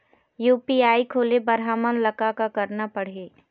UPI खोले बर हमन ला का का करना पड़ही?